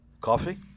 coffee